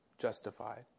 justified